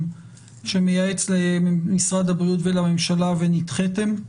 שמייעץ למשרד הבריאות ולממשלה ונדחיתם?